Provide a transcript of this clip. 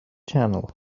channel